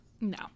No